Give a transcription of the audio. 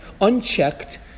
unchecked